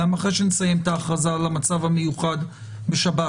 גם אחרי שנסיים את ההכרזה על המצב המיוחד בשב"ס,